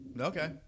Okay